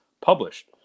published